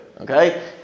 okay